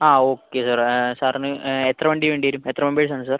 ആ okay sir സാറിന് എത്ര വണ്ടി വേണ്ടി വെരും എത്ര മെമ്പേഴ്സ് ആണ് സാർ